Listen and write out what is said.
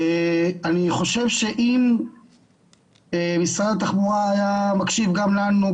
אני חושב שאם משרד התחבורה היה מקשיב גם לנו,